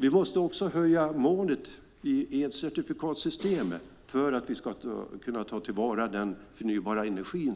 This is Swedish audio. Vi måste höja målet i elcertifikatssystemet för att vi ska kunna ta till vara den förnybara energi